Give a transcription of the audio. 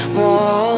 more